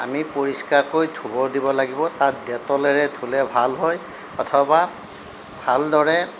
আমি পৰিস্কাৰকৈ ধুব দিব লাগিব তাত ডেটলেৰে ধুলে ভাল হয় অথবা ভালদৰে